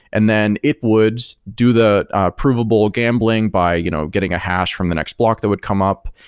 and then it would do the provable gambling by you know getting a hash from the next block that would come up,